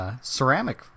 ceramic